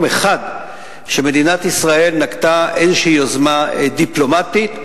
אחד שמדינת ישראל נקטה איזו יוזמה דיפלומטית,